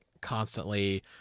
constantly